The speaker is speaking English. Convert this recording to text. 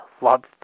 love